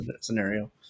scenario